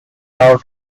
out